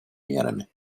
мерами